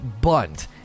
bunt